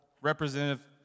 representative